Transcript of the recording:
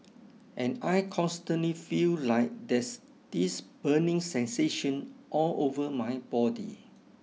and I constantly feel like there's this burning sensation all over my body